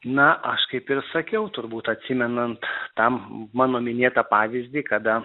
na aš kaip ir sakiau turbūt atsimenant tam mano minėtą pavyzdį kada